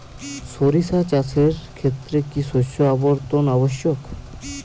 সরিষা চাষের ক্ষেত্রে কি শস্য আবর্তন আবশ্যক?